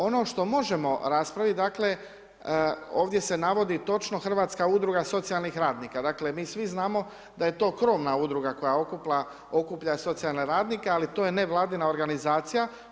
Ono što možemo raspraviti, dakle ovdje se navodi točno Hrvatska udruga socijalnih radnika, dakle mi svi znamo da je to krovna udruga koja okuplja socijalne radnike ali to je nevladina organizacija.